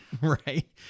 right